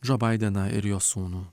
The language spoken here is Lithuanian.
džo baideną ir jo sūnų